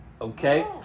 Okay